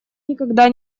никогда